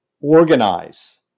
organize